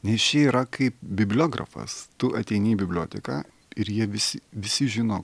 nes čia yra kaip bibliografas tu ateini į biblioteką ir jie visi visi žino